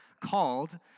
called